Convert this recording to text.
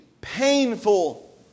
painful